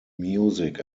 music